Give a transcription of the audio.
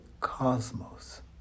cosmos